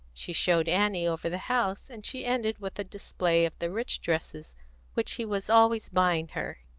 she showed annie over the house, and she ended with a display of the rich dresses which he was always buying her,